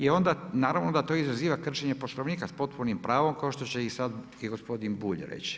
I onda naravno da to izaziva kršenje Poslovnika s potpunim pravom, kao što će i sad i gospodin Bulj reći.